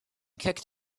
kicked